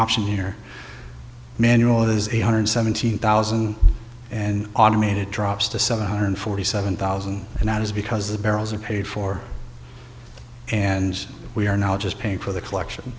option here manual that is eight hundred seventeen thousand and automated drops to seven hundred forty seven thousand and that is because the barrels are paid for and we are now just paying for the collection